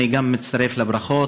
גם אני מצטרף לברכות.